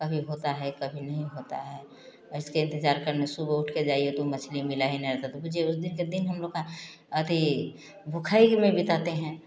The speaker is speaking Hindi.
कभी होता है कभी नहीं होता है इसके इंतजार करने सुबह उठ के जाइए तो मछली मिला ही नहीं रहता तो बूझिए उस दिन कितनी हम लोग का अरे भूखाई में बिताते हैं